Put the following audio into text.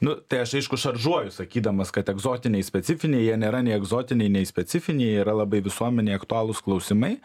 nu tai aš aišku šaržuoju sakydamas kad egzotiniai specifiniai jie nėra nei egzotiniai nei specifiniai jie yra labai visuomenei aktualūs klausimai